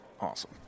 Awesome